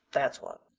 that's what.